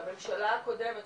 שהממשלה הקודמת,